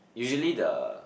usually the